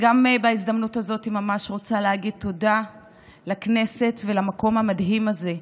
בהזדמנות הזאת אני ממש רוצה להגיד תודה לכנסת ולמקום המדהים הזה,